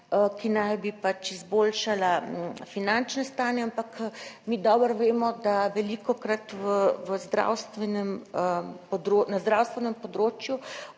ki naj bi pač izboljšala finančno stanje, ampak mi dobro vemo, da velikokrat v zdravstvenem,